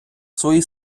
свої